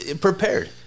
prepared